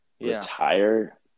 Retire